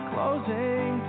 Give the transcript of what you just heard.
Closing